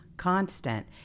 Constant